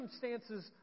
circumstances